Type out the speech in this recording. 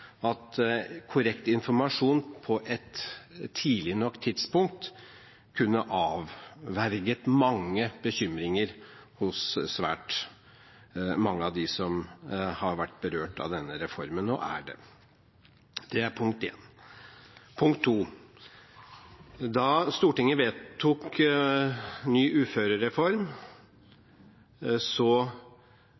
at korrekt informasjon på et tidlig nok tidspunkt kunne avverget mange bekymringer hos svært mange av dem som har vært berørt av denne reformen, og som er det. Det er punkt 1. Punkt 2: Da Stortinget vedtok ny uførereform,